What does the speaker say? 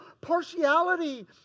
partiality